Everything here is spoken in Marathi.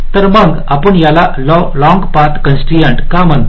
तर मग आपण याला लॉंग पाथ कॉन्स्ट्राइन्ट का म्हणतो